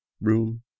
room